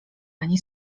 ani